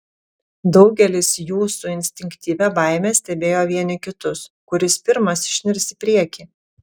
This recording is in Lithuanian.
daugelis jų su instinktyvia baime stebėjo vieni kitus kuris pirmas išnirs į priekį